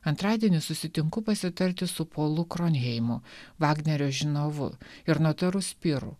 antradienį susitinku pasitarti su polu kronheimu vagnerio žinovu ir notaru spiru